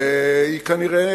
וכנראה,